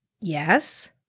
Yes